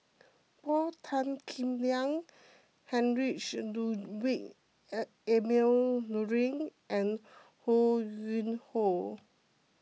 Paul Tan Kim Liang Heinrich Ludwig Emil Luering and Ho Yuen Hoe